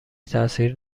تاثیر